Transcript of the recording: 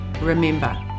remember